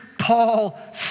Paul